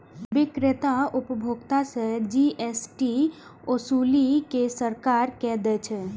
बिक्रेता उपभोक्ता सं जी.एस.टी ओसूलि कें सरकार कें दै छै